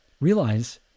realize